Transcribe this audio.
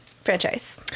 franchise